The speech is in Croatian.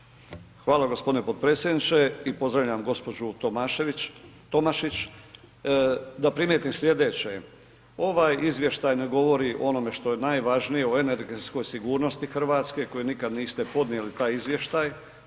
Hvala g. potpredsjedniče i pozdravljam gđu. Tomašić da primijetim slijedeće, ovaj izvještaj ne govori o onome što je najvažnije, o energetskoj sigurnosti RH koje nikad niste podnijeli taj izvještaj.